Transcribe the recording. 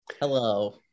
Hello